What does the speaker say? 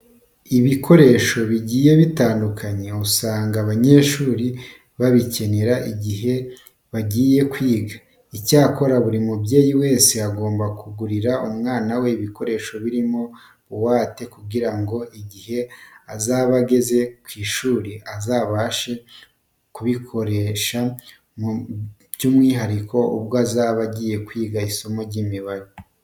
Ibikoresho bigiye bitandukanye usanga abanyeshuri babikenera igihe bagiye kwiga. Icyakora buri mubyeyi wese agomba kugurira umwana we ibikoresho birimo buwate kugira ngo igihe azaba ageze ku ishuri azabashe kubikoresha by'umwihariko ubwo azaba agiye kwiga isomo ry'imibare.